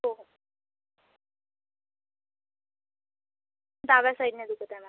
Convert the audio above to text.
हो डाव्या साईडने दुखत आहे मॅम